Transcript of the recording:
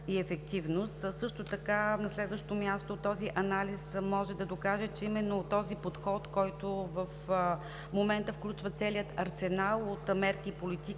На следващо място, този анализ може да докаже, че именно този подход, който в момента включва целия арсенал от мерки и политики,